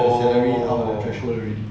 oh oh oh oh oh